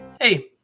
Hey